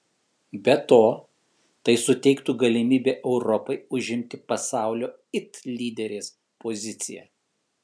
be to tai suteiktų galimybę europai užimti pasaulio it lyderės poziciją